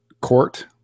court